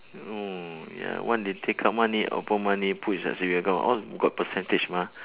mm ya I want to take out money open money put inside saving account all got percentage mah